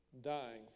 dying